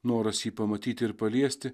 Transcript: noras jį pamatyti ir paliesti